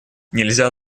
нельзя